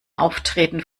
auftreten